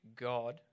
God